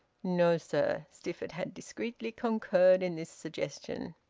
no, sir, stifford had discreetly concurred in this suggestion.